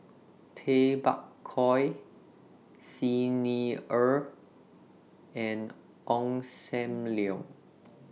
Tay Bak Koi Xi Ni Er and Ong SAM Leong